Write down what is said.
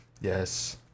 Yes